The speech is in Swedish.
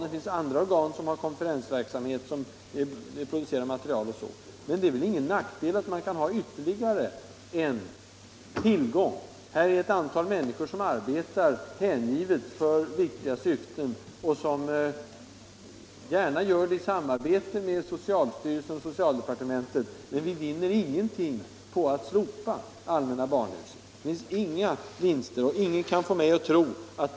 Det finns ju andra organ som bedriver konferensverksamhet och som producerar material, men det är väl ingen nackdel att ha ytterligare en sådan tillgång. Här är det ett antal människor som arbetar hängivet för viktiga syften och som gärna gör det i samarbete med socialstyrelsen och socialdepartementet. men vi vinner ingenting på att slopa allmänna barnhuset. Det medför inga vinster att göra det.